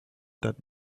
that